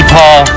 Paul